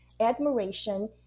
admiration